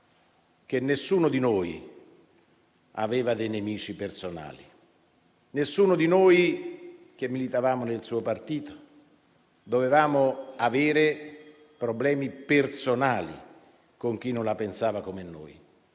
che nessuno di noi doveva avere dei nemici personali, nessuno di noi che militavamo nel suo partito doveva avere problemi personali con chi non la pensava come noi.